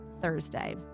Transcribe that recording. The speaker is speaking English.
Thursday